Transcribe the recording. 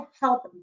help